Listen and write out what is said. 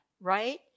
right